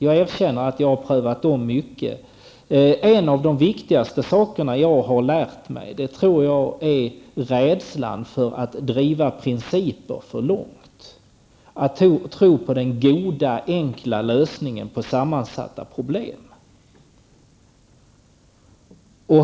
Jag erkänner att jag har omprövat mycket. Något av det viktigaste som jag har lärt mig är nog försiktigheten med att driva priciper för långt, att tro på den goda, enkla lösningen på sammansatta problem.